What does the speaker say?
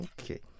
Okay